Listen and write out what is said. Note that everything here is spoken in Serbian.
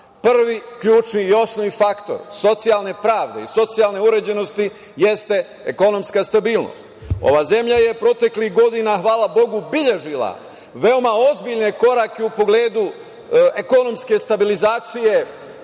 ključni i osnovni faktor socijalne pravde i socijalne uređenosti jeste ekonomska stabilnost. Ova zemlja je proteklih godina, hvala Bogu, beležila veoma ozbiljne korake u pogledu ekonomske stabilizacije